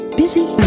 busy